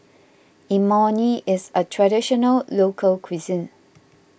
Imoni is a Traditional Local Cuisine